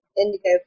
Indigo